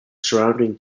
surrounding